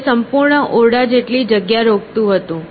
તે સંપૂર્ણ ઓરડા જેટલી જગ્યા રોકતું હતું